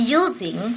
using